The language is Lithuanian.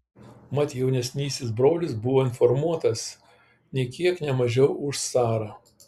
mat jaunesnysis brolis buvo informuotas nė kiek ne mažiau už carą